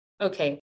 okay